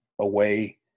away